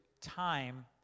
time